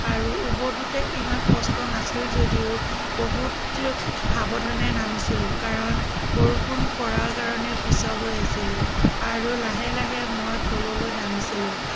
আৰু উভটোতে ইমান কষ্ট নাছিল যদিও বহুত সাৱধানে নামিছিলোঁ কাৰণ বৰষুণ পৰাৰ কাৰণে পিছল হৈ আছিলে আৰু লাহে লাহে মই তললৈ নামিছিলোঁ